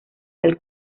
del